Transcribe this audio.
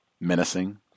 menacing